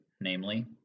namely